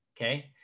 okay